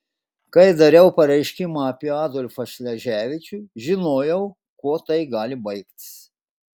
kai dariau pareiškimą apie adolfą šleževičių žinojau kuo tai gali baigtis